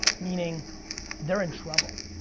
meaning they're in trouble.